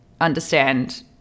understand